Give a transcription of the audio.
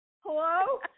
Hello